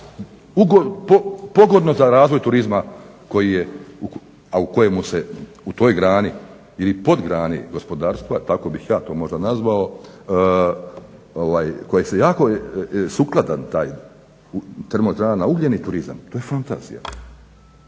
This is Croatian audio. Pogodno za razvoj turizma kojemu se u toj grani ili podgrani gospodarstva, tako bih ja to možda nazvao, kojeg je jako sukladan taj TE na ugljen i turizam, to je fantazija.